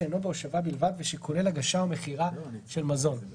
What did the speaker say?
שאינו בהושבה בלבד ושכולל הגשה או מכירה של מזון;" אגב,